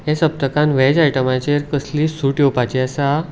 हे सप्तकान वेज आयटमाचेर कसलीय सूट येवपाची आसा